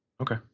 Okay